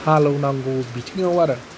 हालौनांगौ बिथिङाव आरो